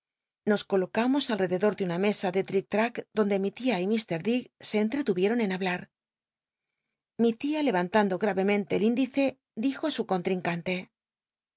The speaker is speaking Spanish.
nos colocamos alrededor de una mesa ele l lic lrac donde mi tia y m dick se enll'cluvieron en hablar mi tia levantando el índice dijo í su contrincante